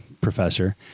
professor